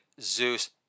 Zeus